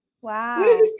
wow